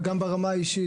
וגם ברמה האישית,